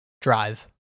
drive